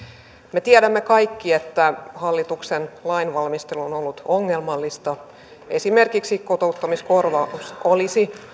me tiedämme kaikki että hallituksen lainvalmistelu on on ollut ongelmallista esimerkiksi kotouttamiskorvaus olisi